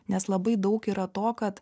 nes labai daug yra to kad